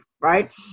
right